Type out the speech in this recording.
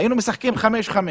היינו משחקים חמש-חמש,